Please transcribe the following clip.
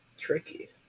tricky